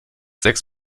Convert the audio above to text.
sechs